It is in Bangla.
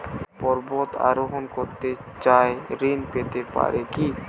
পর্বত আরোহণ করতে চাই ঋণ পেতে পারে কি?